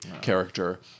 character